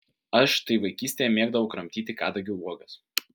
aš štai vaikystėje mėgdavau kramtyti kadagių uogas